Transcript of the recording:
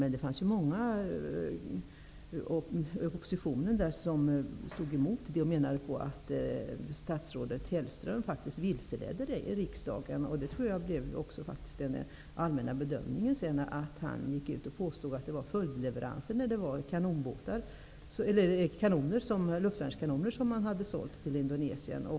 Men det var många från oppositionen som gick emot denna och menade att statsrådet Hellström faktiskt vilseledde riksdagen. Jag tror också att det blev den allmänna bedömningen, när han påstod att det var fråga om följdleveranser när det i själva verket var luftvärnskanoner som hade sålts till Indonesien.